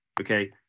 okay